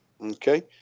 Okay